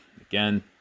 again